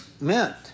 meant